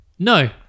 No